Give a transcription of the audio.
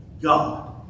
God